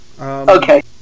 Okay